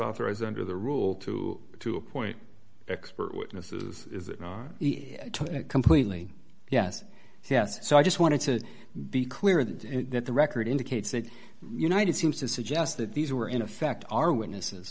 authorized under the rule to to appoint expert witnesses to completely yes yes so i just wanted to be clear that that the record indicates that united seems to suggest that these were in effect are witnesses